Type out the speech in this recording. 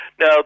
Now